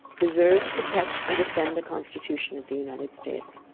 preserve, protect and defend the constitution of the united states.